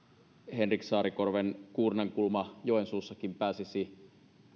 henrik saarikorven kuurnankulma joensuussakin pääsisi